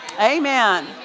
Amen